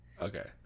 Okay